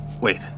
Wait